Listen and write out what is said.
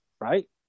right